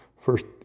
first